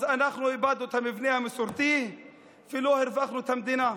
אז אנחנו איבדנו את המבנה המסורתי ולא הרווחנו את המדינה.